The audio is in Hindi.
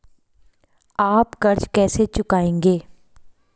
आप कर्ज कैसे चुकाएंगे?